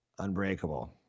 unbreakable